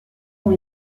ont